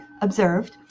observed